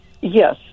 Yes